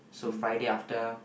so Friday after